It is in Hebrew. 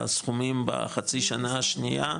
הסכומים בחצי שנה השנייה,